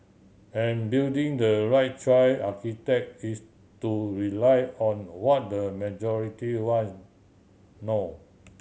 and building the right choice is to rely on what the majority wants no